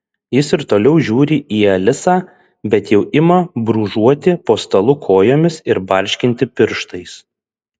jis ir toliau žiūri į alisą bet jau ima brūžuoti po stalu kojomis ir barškinti pirštais